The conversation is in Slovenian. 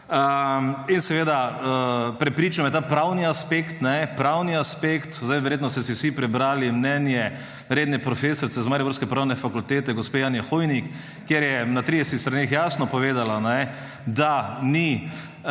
In seveda prepriča me ta pravni aspekt. Verjetno ste si vsi prebrali mnenje redne profesorice z mariborske pravne fakultete gospe Janje Hojnik, kjer je na 30 straneh jasno povedala, da ni problematično